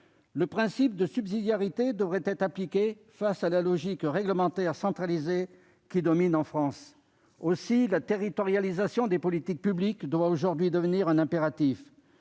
Le principe de subsidiarité devrait être appliqué face à la logique réglementaire centralisée, qui domine en France. Aussi, la territorialisation des politiques publiques doit aujourd'hui devenir un impératif.